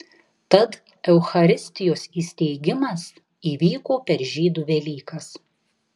tad eucharistijos įsteigimas įvyko per žydų velykas